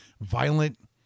violent